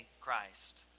christ